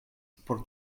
por